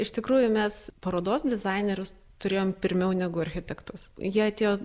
iš tikrųjų mes parodos dizainerius turėjom pirmiau negu architektus jie atėjo